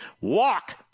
Walk